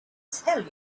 tell